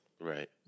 Right